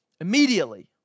immediately